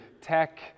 tech